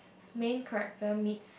main character meets